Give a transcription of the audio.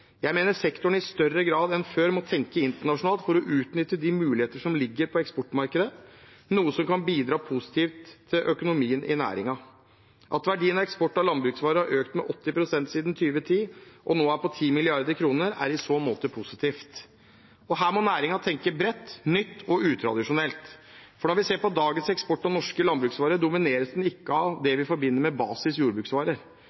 Jeg mener sektoren i større grad enn før må tenke internasjonalt for å utnytte de muligheter som ligger i eksportmarkedet, noe som kan bidra positivt til økonomien i næringen. At verdien av eksporten av landbruksvarer har økt med 80 pst. siden 2010, og nå er på 10 mrd. kr, er i så måte positivt. Og her må næringen tenke bredt, nytt og utradisjonelt. For når vi ser på dagens eksport av norske landbruksvarer, domineres den ikke av